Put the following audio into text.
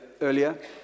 earlier